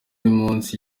munsi